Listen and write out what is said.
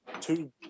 two